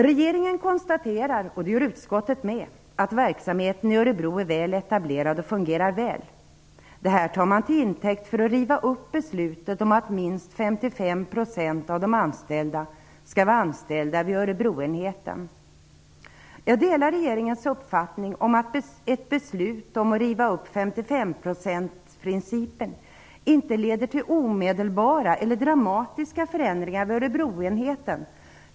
Regeringen konstaterar - och det gör utskottet också - att verksamheten i Örebro är väl etablerad och fungerar väl. Detta tar man till intäkt för att riva upp beslutet om att minst 55 % skall vara anställda vid Örebroenheten. Jag delar regeringens uppfattning om att ett beslut om att riva upp 55-procentsprincipen inte leder till omedelbara eller dramatiska förändringar vid Örebroenheten.